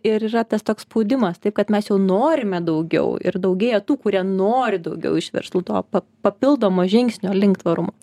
ir yra tas toks spaudimas taip kad mes jau norime daugiau ir daugėja tų kurie nori daugiau iš verslų to pa papildomo žingsnio link tvarumo